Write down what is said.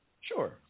Sure